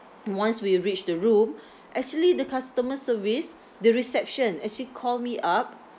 once we reached the room actually the customer service the reception actually call me up